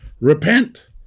Repent